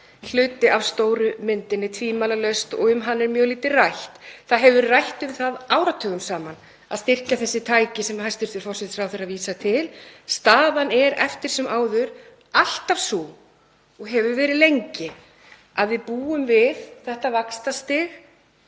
hluti af stóru myndinni, tvímælalaust, og um hann er mjög lítið rætt. Það hefur verið rætt um það áratugum saman að styrkja þessi tæki sem hæstv. forsætisráðherra vísar til. Staðan er eftir sem áður alltaf sú, og hefur verið lengi, að við búum við þetta vaxtastig